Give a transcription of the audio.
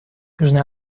южная